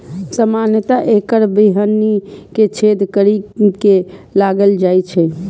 सामान्यतः एकर बीहनि कें छेद करि के लगाएल जाइ छै